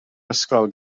ysgol